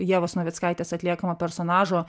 ievos navickaitės atliekamo personažo